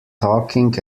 talking